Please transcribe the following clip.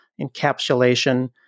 encapsulation